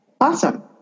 Awesome